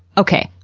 okay.